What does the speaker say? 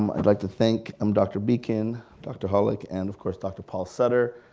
um i'd like to thank um dr. beacom, dr. hallick, and of course dr. paul sutter.